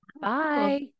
Bye